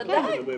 ודאי,